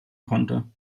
konnte